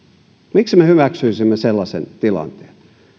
miksi me hyväksyisimme sellaisen tilanteen